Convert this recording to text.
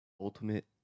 ultimate